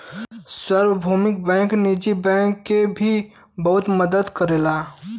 सार्वभौमिक बैंक निजी बैंक के भी बहुत मदद करला